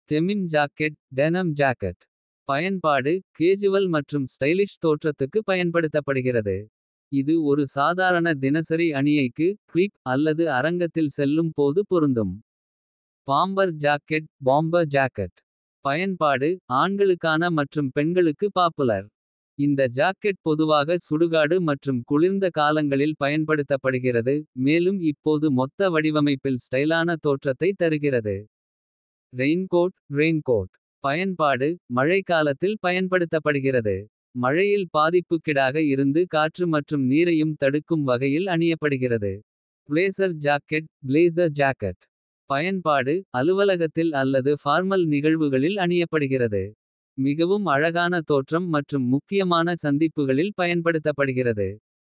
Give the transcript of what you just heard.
Denim jacket பயன்பாடு casual மற்றும். Stylish தோற்றத்துக்கு பயன்படுத்தப்படுகிறது. இது ஒரு சாதாரண தினசரி அணியைக்கு கிளிப் அல்லது. அரங்கத்தில் செல்லும் போது பொருந்தும். பாம்பர் ஜாக்கெட் பயன்பாடு ஆண்களுக்கான மற்றும். பெண்களுக்கு பாப்புலர் இந்த ஜாக்கெட் பொதுவாக சுடுகாடு. மற்றும் குளிர்ந்த காலங்களில் பயன்படுத்தப்படுகிறது. மேலும் இப்போது மொத்த வடிவமைப்பில் ஸ்டைலான. தோற்றத்தை தருகிறது. ரெய்ன்கோட் பயன்பாடு மழைக்காலத்தில் பயன்படுத்தப்படுகிறது. மழையில் பாதிப்புக்கிடாக இருந்து காற்று மற்றும் நீரையும். தடுக்கும் வகையில் அணியப்படுகிறது. பிளேசர் ஜாக்கெட் பயன்பாடு அலுவலகத்தில் அல்லது. பார்மல் நிகழ்வுகளில் அணியப்படுகிறது மிகவும். அழகான தோற்றம் மற்றும் முக்கியமான சந்திப்புகளில் பயன்படுத்தப்படுகிறது.